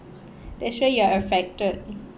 that's why you are affected